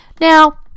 Now